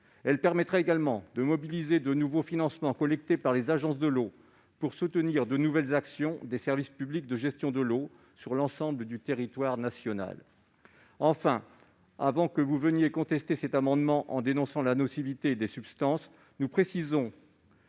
Elle permettrait également de mobiliser de nouveaux financements collectés par les agences de l'eau pour soutenir de nouvelles actions des services publics de gestion de l'eau sur l'ensemble du territoire national. Enfin, pour éviter toute contestation sur la nocivité des substances, nous précisons